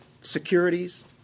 securities